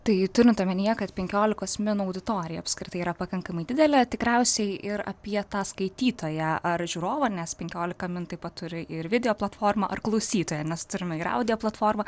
tai turint omenyje kad penkioliko min auditorija apskritai yra pakankamai didelė tikriausiai ir apie tą skaitytoją ar žiūrovą nes penkiolika min taip pat turi ir video platformą ar klausytoją nes turime ir audio platformą